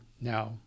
now